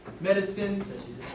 medicine